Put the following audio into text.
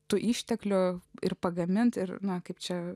tų išteklių ir pagaminti ir nuo kaip čia